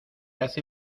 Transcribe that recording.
hace